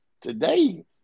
today